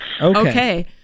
Okay